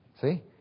See